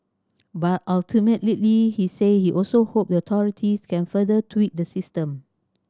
but ultimately he said he also hope the authorities can further tweak the system